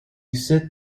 sit